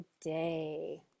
today